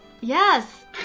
Yes